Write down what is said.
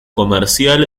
comercial